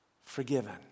forgiven